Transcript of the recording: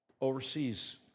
overseas